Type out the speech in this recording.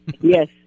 Yes